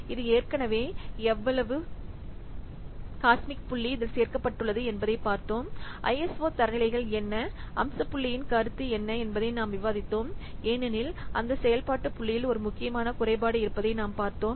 இது ஏற்கனவே எவ்வளவு காஸ்மிக் புள்ளி இதில் சேர்க்கப்பட்டுள்ளது என்பதைக் பார்த்தோம் ஐஎஸ்ஓ தரநிலைகள் என்ன அம்ச புள்ளியின் கருத்து என்ன என்பதை நாம் விவாதித்தோம் ஏனெனில் அந்த செயல்பாட்டு புள்ளியில் ஒரு முக்கியமான குறைபாடு இருப்பதை நாம் பார்த்தோம்